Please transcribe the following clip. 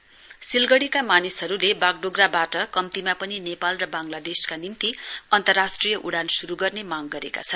बागडोगरा सिलगढीका मानिसहरुले वागडोगरावाट कम्तीमा पनि नेपाल र वांगलादेशका निम्ति अन्तराष्ट्रिय उड़ान शुरु गर्ने मांग गरेका छन्